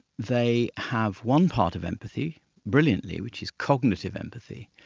they have one part of empathy brilliantly which is cognitive empathy.